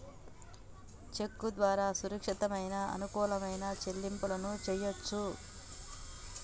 చెక్కు ద్వారా సురక్షితమైన, అనుకూలమైన చెల్లింపులను చెయ్యొచ్చు